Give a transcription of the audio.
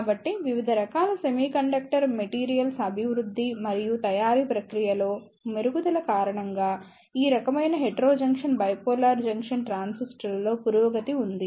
కాబట్టి వివిధ రకాల సెమీకండక్టర్ మెటీరియల్స్ అభివృద్ధి మరియు తయారీ ప్రక్రియలో మెరుగుదల కారణంగా ఈ రకమైన హెటెరోజక్షన్ బైపోలార్ జంక్షన్ ట్రాన్సిస్టర్లలో పురోగతి ఉంది